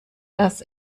dass